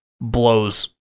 blows